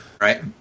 Right